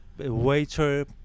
Waiter